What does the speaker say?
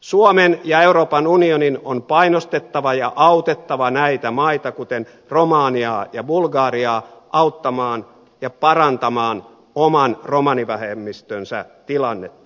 suomen ja euroopan unionin on painostettava ja autettava näitä maita kuten romaniaa ja bulgariaa auttamaan ja parantamaan oman romanivähemmistönsä tilannetta